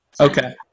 Okay